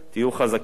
תהיו חזקים,